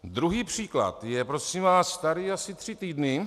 Druhý příklad je, prosím vás, starý asi tři týdny.